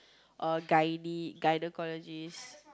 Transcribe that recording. a gynae~ gynaecologist